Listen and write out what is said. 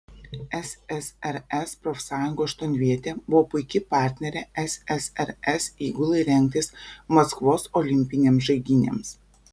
ssrs profsąjungų aštuonvietė buvo puiki partnerė ssrs įgulai rengtis maskvos olimpinėms žaidynėms